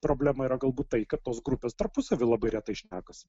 problema yra galbūt tai kad tos grupės tarpusavy labai retai šnekasi